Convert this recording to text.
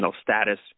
status